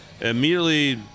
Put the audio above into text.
immediately